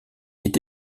est